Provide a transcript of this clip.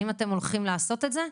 האם אתם הולכים לעשות את זה?